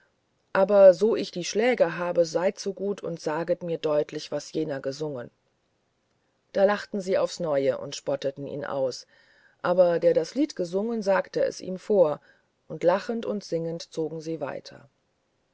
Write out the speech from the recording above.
aber so ich die schläge habe seid so gut und saget deutlich was jener gesungen da lachten sie aufs neue und spotteten ihn aus aber der das lied gesungen sagte es ihm vor und lachend und singend zogen sie weiter